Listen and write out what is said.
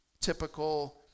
typical